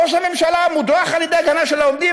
ראש הממשלה מודרך על-ידי הגנה של העובדים,